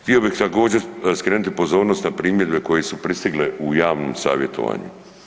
Htio bih također skrenuti pozornost na primjedbe koje su pristigle u javnom savjetovanju.